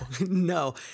no